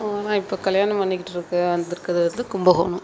நான் இப்போ கல்யாணம் பண்ணிக்கிட்டுருக்க வந்துருக்கிறது வந்து கும்பகோணம்